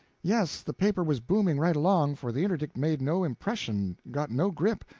yes, the paper was booming right along, for the interdict made no impression, got no grip,